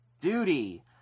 duty